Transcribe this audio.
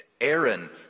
Aaron